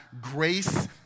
grace